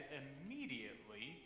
immediately